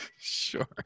Sure